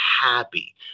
happy